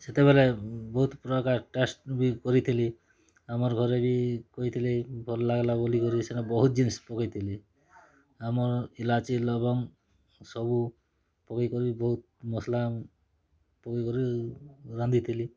ସେତେବେଲେ ବହୁତ୍ ପ୍ରକାର୍ ଟେଷ୍ଟ୍ ବି କରିଥିଲି ଆମର୍ ଘରେ ବି କହିଥିଲେ ଭଲ୍ ଲାଗ୍ଲା ବୋଲିକରି ସେନ ବହୁତ୍ ଜିନିଷ୍ ପକେଇଥିଲି ଆମର୍ ଇଲାଚି ଲବଙ୍ଗ୍ ସବୁ ପକେଇ କରି ବହୁତ୍ ମସ୍ଲା ପକେଇ କରି ରାନ୍ଧିଥିଲି